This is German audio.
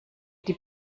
die